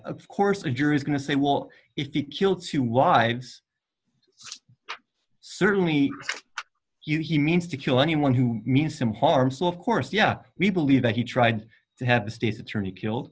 of course a jury is going to say well if you kill two wives certainly he means to kill anyone who means some harm so of course yeah we believe that he tried to have the state's attorney killed